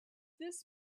this